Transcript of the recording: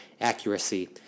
accuracy